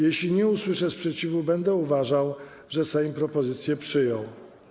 Jeśli nie usłyszę sprzeciwu, będę uważał, że Sejm propozycje przyjął.